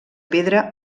pedra